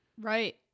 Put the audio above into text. Right